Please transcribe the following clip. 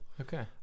Okay